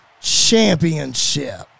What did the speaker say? Championship